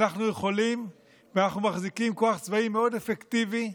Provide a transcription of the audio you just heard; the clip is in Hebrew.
אנחנו יכולים ואנחנו מחזיקים כוח צבאי מאוד אפקטיבי,